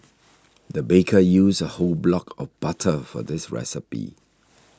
the baker used a whole block of butter for this recipe